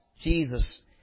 Jesus